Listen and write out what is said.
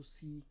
see